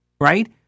right